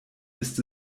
ist